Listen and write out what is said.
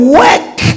work